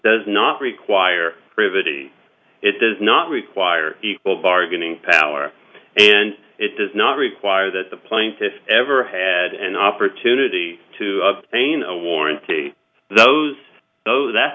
does not require privity it does not require equal bargaining power and it does not require that the plaintiffs ever had an opportunity to obtain a warrant to those though that